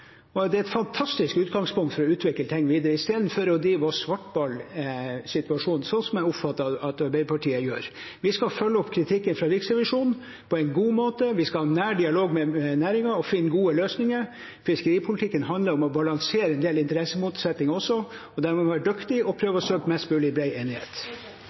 Det er et fantastisk utgangspunkt for å utvikle ting videre i stedet for å drive og svartmale situasjonen, slik jeg oppfatter at Arbeiderpartiet gjør. Vi skal følge opp kritikken fra Riksrevisjonen på en god måte. Vi skal ha nær dialog med næringen og finne gode løsninger. Fiskeripolitikken handler også om å balansere interessemotsetninger, og da må man være dyktig og prøve å skape bredest mulig enighet.